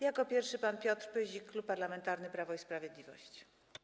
Jako pierwszy - pan poseł Piotr Pyzik, Klub Parlamentarny Prawo i Sprawiedliwość.